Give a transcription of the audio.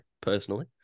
personally